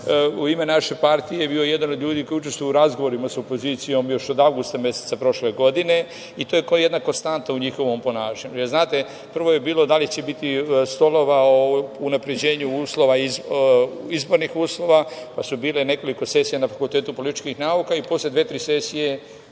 u ime naše partije bio jedan od ljudi koji je učestvovao u razgovorima sa opozicijom još od avgusta meseca prošle godine i to je jedna konstanta u njihovom ponašanju. Znate, prvo je bilo da li će biti stolova o unapređenju izbornih uslova, pa je bilo nekoliko sesija na Fakultetu političkih nauka i posle dve, tri sesije